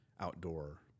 outdoor